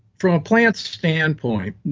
from a plant standpoint,